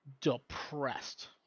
depressed